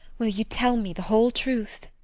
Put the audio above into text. will you tell me the whole truth?